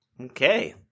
Okay